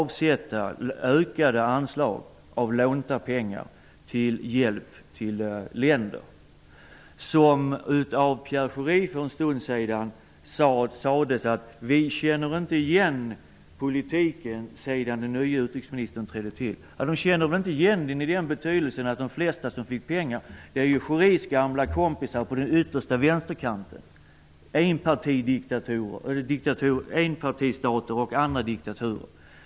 Pierre Schori sade för en stund sedan att han inte känner igen politiken sedan den nya utrikesministern trädde till. Han känner inte igen politiken i den meningen att de flesta som fick pengar är Pierre Schoris gamla kompisar på den yttersta vänsterkanten: enpartistater och andra diktaturer.